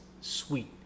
sweet